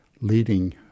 leading